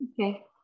Okay